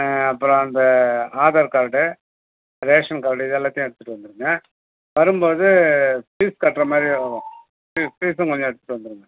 அப்புறம் அந்த Aadhaar card ration card இது எல்லாத்தையும் எடுத்துகிட்டு வந்துருங்க வரும்போது பீஸ் கட்டுற மாதிரியே வரணும் நீங்கள் பீஸ்ஸும் கொஞ்சம் எடுத்துகிட்டு வந்துருங்க